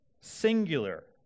singular